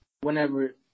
whenever